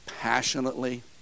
passionately